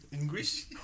English